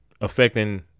affecting